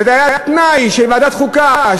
זה היה התנאי של ועדת החוקה,